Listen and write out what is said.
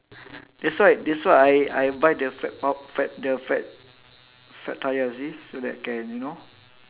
that's why that's why I I buy the fat the fat the fat fat tyre you see so that can you know